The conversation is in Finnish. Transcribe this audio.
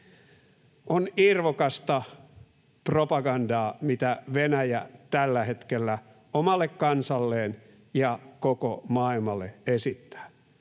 On irvokasta propagandaa, mitä Venäjä tällä hetkellä omalle kansalleen ja koko maailmalle esittää.